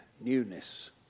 newness